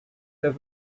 have